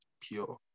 pure